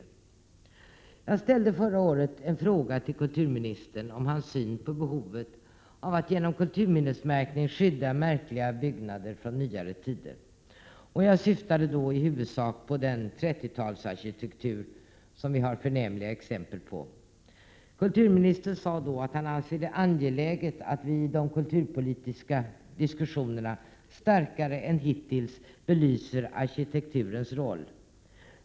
1987/88:136 Jag ställde förra året en fråga till kulturministern om hans syn på behovet — 8 juni 1988 av att genom kulturminnesmärkning skydda märkliga byggnader från nyare tider, och jag syftade då i huvudsak på den 30-talsarkitektur som vi har förnämliga exempel på. Kulturministern sade då att han ansåg det angeläget att vi i de kulturpolitiska diskussionerna starkare än hittills belyser arkitekturens roll.